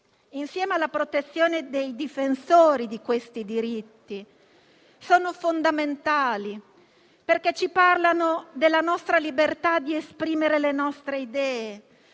insieme alla protezione dei loro difensori sono fondamentali, perché ci parlano della nostra libertà di esprimere le nostre idee,